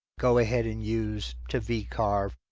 go ahead and use to v-carve,